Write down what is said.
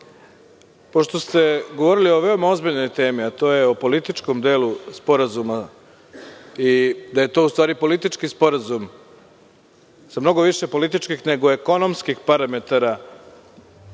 nas. Pošto ste govorili o vrlo ozbiljnoj temi, a to je politički deo sporazuma, da je to u stvari politički sporazum sa mnogo više političkih, nego ekonomskih parametara